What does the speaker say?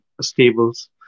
stables